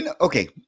okay